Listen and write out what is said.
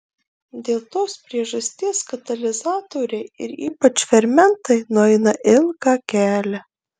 dėl tos priežasties katalizatoriai ir ypač fermentai nueina ilgą kelią